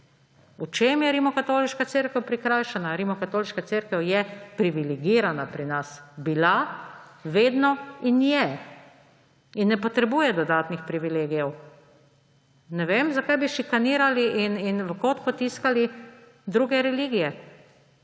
V čem je Rimskokatoliška cerkev prikrajšana. Rimskokatoliška cerkev je privilegirana pri nas bila vedno in je in ne potrebuje dodatnih privilegijev. Ne vem zakaj bi šikranirali in v kot potiskali druge religije.